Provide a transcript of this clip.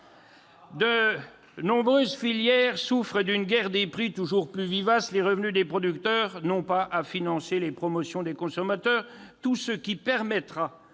De nombreuses filières souffrent d'une guerre des prix toujours plus vivace. Les revenus des producteurs n'ont pas à financer les promotions des consommateurs. Tout ce qui permettra